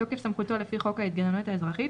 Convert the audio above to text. בתוקף סמכותו לפי חוק התגוננות אזרחית,